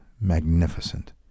magnificent